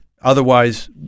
Otherwise